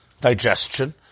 digestion